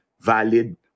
valid